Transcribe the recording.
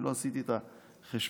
לא עשיתי את החשבון,